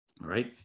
right